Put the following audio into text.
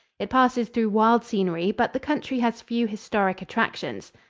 it passes through wild scenery, but the country has few historic attractions.